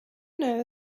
know